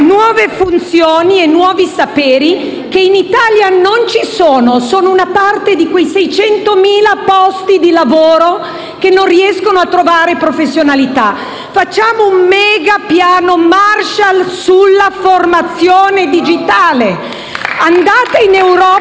nuove funzioni e nuovi saperi che in Italia non ci sono, sono una parte di quei 600.000 posti di lavoro che non riescono a trovare professionalità. Facciamo allora un megapiano Marshall sulla formazione digitale. *(Applausi